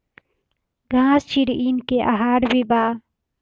घास चिरईन के आहार भी बा